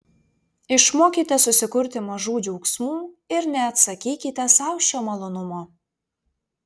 išmokite susikurti mažų džiaugsmų ir neatsakykite sau šio malonumo